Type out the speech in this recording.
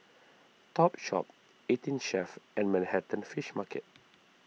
Topshop eighteen Chef and Manhattan Fish Market